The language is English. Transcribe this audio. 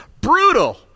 brutal